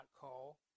call